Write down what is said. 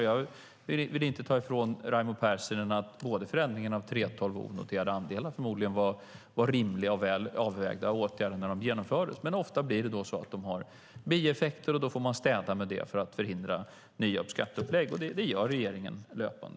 Jag vill inte säga annat än Raimo Pärssinen, att både förändringen av 3:12-relgerna och förändringen i onoterade andelar förmodligen var rimliga och väl avvägda åtgärder när de genomfördes, men ofta blir det så att de får bieffekter. Då får man städa för att förhindra nya skatteupplägg. Det gör regeringen löpande.